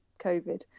COVID